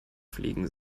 fliegen